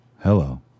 Hello